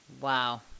Wow